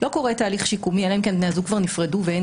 לא קורה תהליך שיקומי - אלא אם כן בני הזוג כבר נפרדו ואין